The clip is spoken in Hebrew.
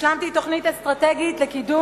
ממשלה של ועדות ומסמכים.